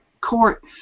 court